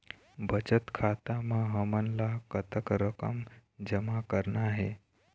बचत खाता म हमन ला कतक रकम जमा करना हे?